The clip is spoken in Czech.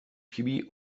chybí